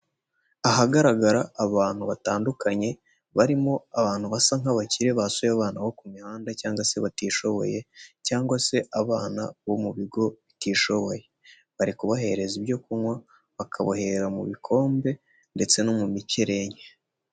Ahagaragara abantu batandukanye, barimo abantu basa nk'abakire basuye abana bo ku mihanda cyangwa se batishoboye cyangwa se abana bo mu bigo batishoboye. Bari kubahereza ibyo kunywa, bakabahera mu bikombe ndetse no mu mikerenke.